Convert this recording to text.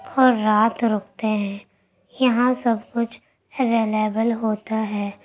اور رات رکتے ہیں یہاں سب کچھ اویلیبل ہوتا ہے